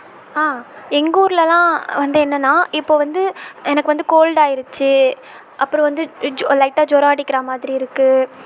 ஆ எங்கள் ஊரில்லாம் வந்து என்னென்னா இப்போ வந்து எனக்கு வந்து கோல்டு ஆயிருச்சு அப்புறோம் வந்து ச்ஜொ லைட்டாக ஜுரோம் அடிக்கிறா மாதிரி இருக்கு